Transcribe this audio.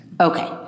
Okay